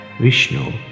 Vishnu